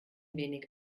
wenig